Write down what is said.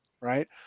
right